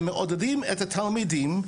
והם מלמדים את התלמידים את